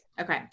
Okay